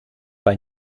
bei